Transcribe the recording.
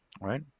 right